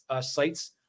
sites